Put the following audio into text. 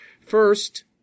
First